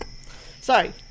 Sorry